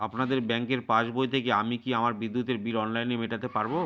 আপনাদের ব্যঙ্কের পাসবই থেকে আমি কি আমার বিদ্যুতের বিল অনলাইনে মেটাতে পারবো?